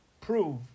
prove